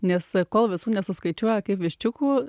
nes kol visų nesuskaičiuoja kaip viščiukų